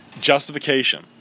justification